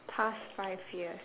past five years